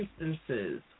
instances